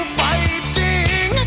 fighting